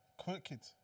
Cricket